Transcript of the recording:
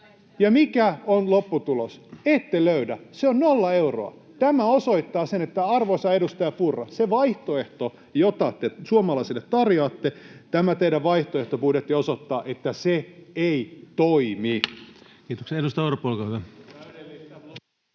Ja mikä on lopputulos? Ette löydä, se on nolla euroa. Tämä osoittaa sen, että, arvoisa edustaja Purra, se vaihtoehto, jota te suomalaisille tarjoatte, tämä teidän vaihtoehtobudjettinne, ei toimi. [Jukka Gustafsson: